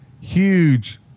huge